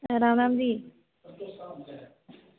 Ram Ram जी